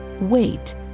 wait